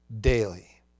daily